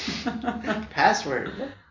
Password